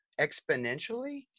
exponentially